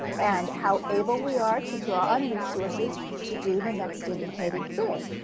and how able we are to draw on resources to do the next indicated thing.